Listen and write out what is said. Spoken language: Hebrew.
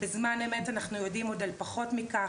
בזמן אמת אנחנו יודעים עוד על פחות מכך,